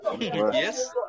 Yes